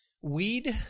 Weed